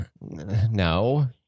No